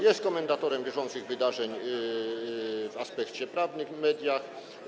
Jest komentatorem bieżących wydarzeń w aspekcie prawnym w mediach.